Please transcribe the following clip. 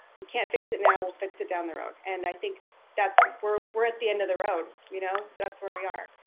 we can't fix it now we'll fix it down the road. and i think that's where we're, at the end of the road. you know that's where we are.